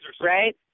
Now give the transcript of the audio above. Right